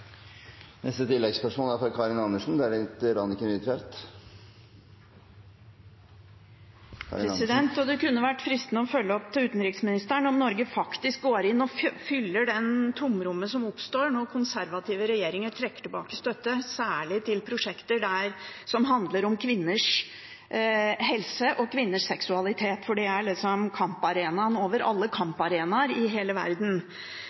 Karin Andersen – til oppfølgingsspørsmål. Det kunne vært fristende å følge opp til utenriksministeren om Norge faktisk går inn og fyller det tomrommet som oppstår når konservative regjeringer trekker tilbake støtte, særlig til prosjekter som handler om kvinners helse og kvinners seksualitet, for det er kamparenaen over alle kamparenaer i hele verden.